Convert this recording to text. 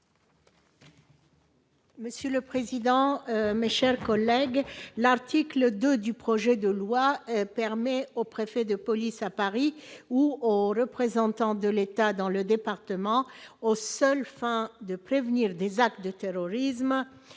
Monsieur le président, mes chers collègues, l'article 2 du projet de loi permet au préfet de police à Paris ou au représentant de l'État dans le département aux seules fins de prévenir des actes de terrorisme,